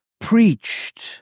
preached